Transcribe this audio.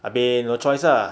abeh no choice ah